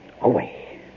away